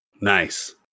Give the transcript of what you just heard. nice